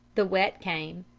the wet came,